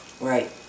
Right